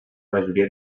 majoria